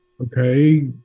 Okay